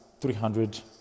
300